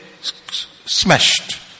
smashed